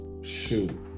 Shoot